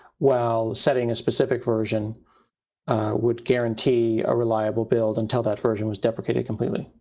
while setting a specific version would guarantee a reliable build until that version was deprecated completely?